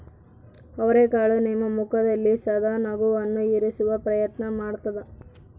ಅವರೆಕಾಳು ನಿಮ್ಮ ಮುಖದಲ್ಲಿ ಸದಾ ನಗುವನ್ನು ಇರಿಸುವ ಪ್ರಯತ್ನ ಮಾಡ್ತಾದ